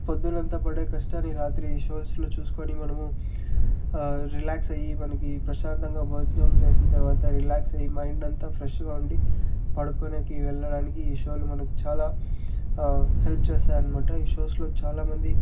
పొద్దునంతా పడే కష్టాన్ని రాత్రి ఈ షోస్లో చూసుకొని మనము రిలాక్స్ అయ్యి మనకి ప్రశాంతంగా భోజనం చేసిన తర్వాత రిలాక్స్ అయ్యి మైండ్ అంతా ఫ్రెష్గా ఉండి పడుకొనేకి వెళ్ళడానికి ఈ షోలు మనకు చాలా హెల్ప్ చేస్తాయన్నమాట ఈ షోస్లో చాలామంది